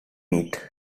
meat